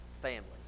family